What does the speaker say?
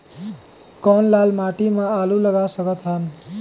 कौन लाल माटी म आलू लगा सकत हन?